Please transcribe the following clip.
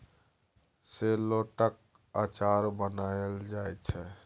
शेलौटक अचार बनाएल जाइ छै